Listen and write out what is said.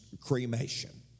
cremation